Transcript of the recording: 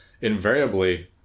invariably